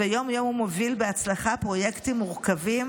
ויום-יום הוא מוביל בהצלחה פרויקטים מורכבים